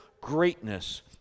greatness